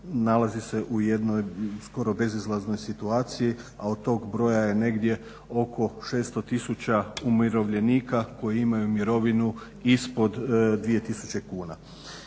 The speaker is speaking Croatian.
nalazi se u jednoj skoro bezizlaznoj situaciji a od tog broja je negdje oko 600 tisuća umirovljenika koji imaju mirovinu ispod 2 tisuće kuna.